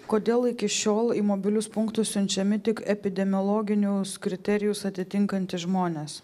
kodėl iki šiol į mobilius punktus siunčiami tik epidemiologinius kriterijus atitinkantys žmonės